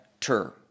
term